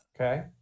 Okay